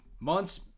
Months